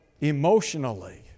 emotionally